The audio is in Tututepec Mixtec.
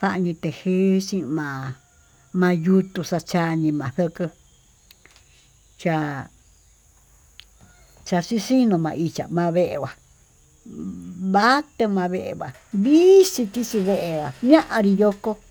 fanitejexhí ma'a mayutuu xhaxanii maxuko'ó cha'a cahchi xhiño na'a ixha'a ma'a vee nguá va'ate maveva'a vixii vixii vee há ñanrí yokó.